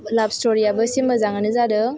लाब स्टरि आबो एसे मोजाङानो जादों